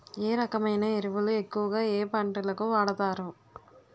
ఏ రకమైన ఎరువులు ఎక్కువుగా ఏ పంటలకు వాడతారు?